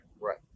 Right